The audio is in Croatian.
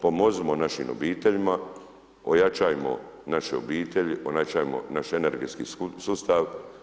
Pomozimo našim obiteljima, ojačajmo naše obitelji, ojačajmo naš energetski sustav.